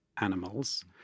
animals